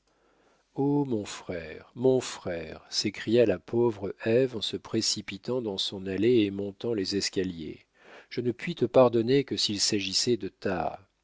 oh mon frère mon frère s'écria la pauvre ève en se précipitant dans son allée et montant les escaliers je ne puis te pardonner que s'il s'agissait de